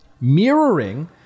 Mirroring